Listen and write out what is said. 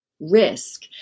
risk